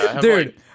Dude